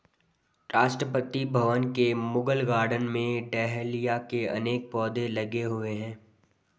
राष्ट्रपति भवन के मुगल गार्डन में डहेलिया के अनेक पौधे लगे हुए हैं